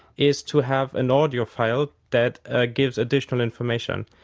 is to have an audio file that ah gives additional information.